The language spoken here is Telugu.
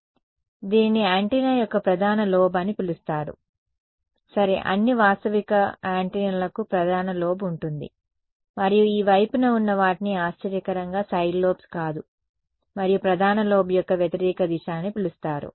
కాబట్టి దీనిని యాంటెన్నా యొక్క ప్రధాన లోబ్ అని పిలుస్తారు సరే అన్ని వాస్తవిక యాంటెన్నాలకు ప్రధాన లోబ్ ఉంటుంది మరియు ఈ వైపున ఉన్న వాటిని ఆశ్చర్యకరంగా సైడ్ లోబ్స్ కాదు మరియు ప్రధాన లోబ్ యొక్క వ్యతిరేక దిశ అని పిలుస్తారు